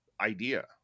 idea